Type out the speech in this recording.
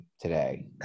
today